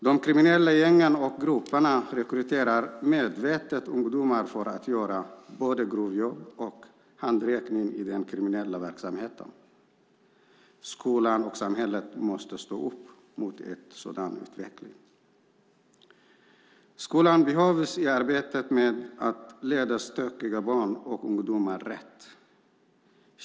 De kriminella gängen och grupperna rekryterar medvetet ungdomar för att göra både grovjobb och handräckning i den kriminella verksamheten. Skolan och samhället måste stå upp mot en sådan utveckling. Skolan behövs i arbetet med att leda stökiga barn och ungdomar rätt.